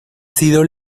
sido